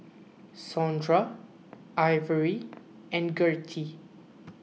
Saundra Ivory and Gertie